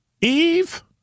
Eve